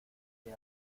que